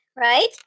right